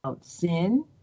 sin